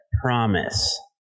promise